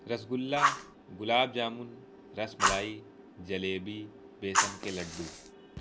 رس گلا گلاب جامن رس ملائی جلیبی بیسن کے لڈو